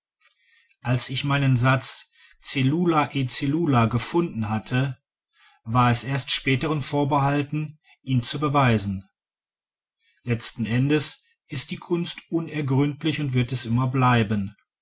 als ich meinen satz cellula e cellula gefunden hatte war es erst späteren vorbehalten ihn zu beweisen letzten endes ist die kunst unergründlich und wird es immer bleiben